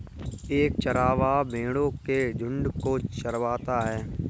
एक चरवाहा भेड़ो के झुंड को चरवाता है